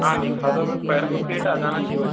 हाँ दिखा दो वो पैरों में फ़िट आ जाना चाहिए वैसे